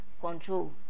control